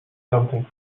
something